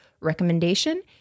recommendation